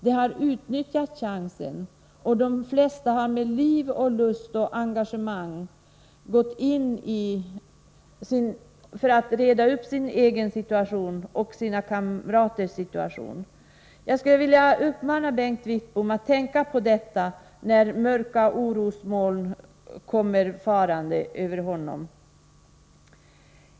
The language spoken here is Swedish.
De har utnyttjat chansen, och de flesta har med liv och lust och engagemang gått in för att reda upp sin egen situation och sina kamraters situation. Jag skulle vilja uppmana Bengt Wittbom att tänka på detta när mörka orosmoln kommer farande över honom.